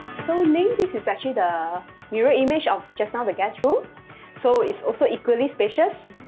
so ning, this is actually the mirror image of just now, the guest room so it's also equally spacious.